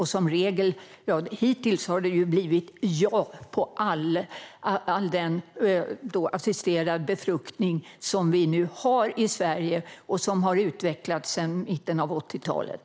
Hittills har det blivit ja på all assisterad befruktning vi nu har i Sverige och som har utvecklats sedan mitten av 80-talet.